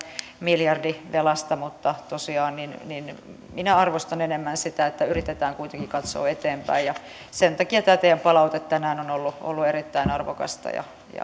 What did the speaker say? miljardivelasta mutta tosiaan minä arvostan enemmän sitä että yritetään kuitenkin katsoa eteenpäin sen takia tämä teidän palautteenne tänään on ollut ollut erittäin arvokasta ja